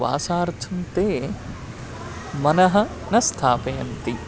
वासार्थं ते मनः न स्थापयन्ति